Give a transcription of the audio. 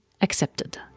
accepted